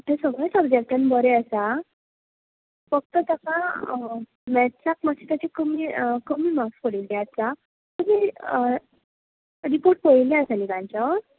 तें सगल्या सब्जेक्टांत बरें आसा फक्त तेका मॅत्साक मातशें तेचें कमी कमी मार्क्स पडिल्लें आसा तुमी रिपोर्ट पळयल्लें आसा न्हू तांचो